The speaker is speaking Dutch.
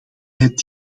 het